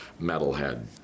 metalhead